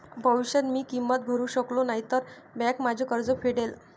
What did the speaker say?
भविष्यात मी किंमत भरू शकलो नाही तर बँक माझे कर्ज फेडेल